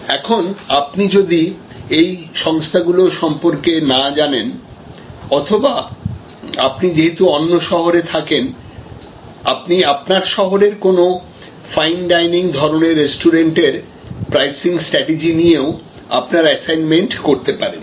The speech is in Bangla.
এখন আপনি যদি এই সংস্থাগুলি সম্পর্কে না জানেন অথবা আপনি যেহেতু অন্য শহরে থাকেন আপনি আপনার শহরের কোন ফাইন ডাইনিং ধরনের রেস্টুরেন্ট এর প্রাইসিং স্ট্র্যাটেজি নিয়েও আপনার অ্যাসাইনমেন্ট করতে পারেন